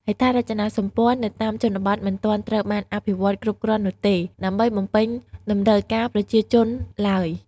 ហេដ្ឋារចនាសម្ព័ន្ធនៅតាមជនបទមិនទាន់ត្រូវបានអភិវឌ្ឍគ្រប់គ្រាន់នោះទេ ដើម្បីបំពេញតម្រូវការប្រជាជនឡើយ។